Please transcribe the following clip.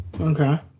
Okay